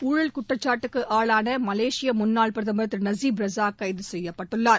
ஊழல் குற்றச்சாட்டுக்கு ஆளான மலேசிய முன்னாள் பிரதமர் திரு நசீப் ரஸாக் கைது செய்யப்பட்டுள்ளார்